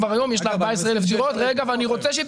כבר היום יש לה 14 אלף דירות ואני רוצה שהיא